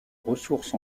ressource